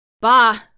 Bah